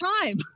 time